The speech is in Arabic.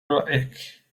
رأيك